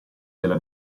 della